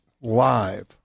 live